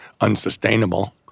unsustainable